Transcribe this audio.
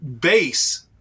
base